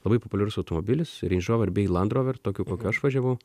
labai populiarus automobilis range rover bei land rover tokiu kokiu aš važiavau